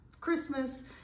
Christmas